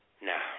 No